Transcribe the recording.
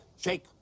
shake